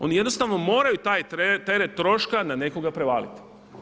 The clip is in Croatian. Oni jednostavno moraju taj teret troška na nekoga prevaliti.